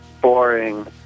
boring